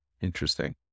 Interesting